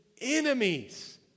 enemies